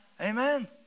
Amen